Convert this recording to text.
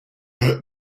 they